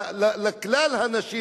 לכלל הנשים,